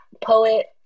poet